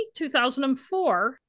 2004